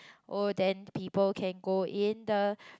oh then people can go in the